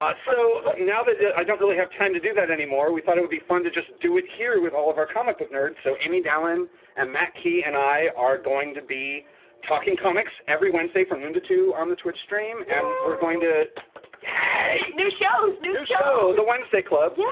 so now that that i don't really have time to do that any more, we thought it would be fun to just do it here with all of our comic book nerds, so amy dallen and matt key and i are going to be talking comics every wednesday from noon to two on the twitch stream and we're going to new shows! taliesin new show! the wednesday club, yeah